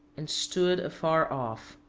and stood afar off.